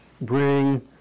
bring